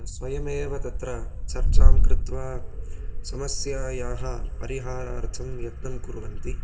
स्वयमेव तत्र चर्चां कृत्वा समस्यायाः परिहारार्थं यत्नं कुर्वन्ति